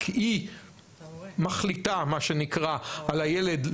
רק היא מחליטה, מה שנקרא, על הילד.